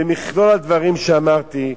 במכלול הדברים שאמרתי,